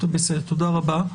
תודה רבה.